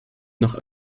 noch